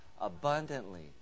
abundantly